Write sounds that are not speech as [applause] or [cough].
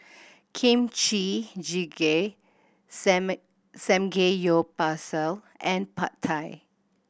Kimchi Jjigae [unintelligible] Samgeyopsal and Pad Thai